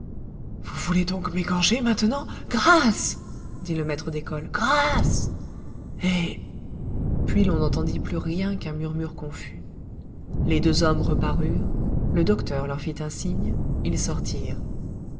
vous voulez donc m'égorger maintenant grâce dit le maître d'école grâce et puis l'on n'entendit plus rien qu'un murmure confus les deux hommes reparurent le docteur leur fit un signe ils sortirent